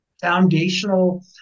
foundational